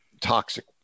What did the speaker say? toxic